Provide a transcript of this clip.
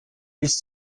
bis